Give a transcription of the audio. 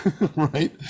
right